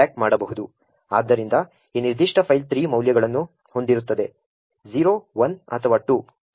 ಆದ್ದರಿಂದ ಈ ನಿರ್ದಿಷ್ಟ ಫೈಲ್ 3 ಮೌಲ್ಯಗಳನ್ನು ಹೊಂದಿರುತ್ತದೆ 0 1 ಅಥವಾ 2